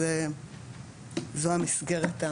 זו המסגרת.